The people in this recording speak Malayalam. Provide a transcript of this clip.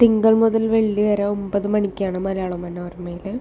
തിങ്കൾ മുതൽ വെള്ളി വരെ ഒമ്പത് മണിക്കാണ് മലയാളമനോരമയില്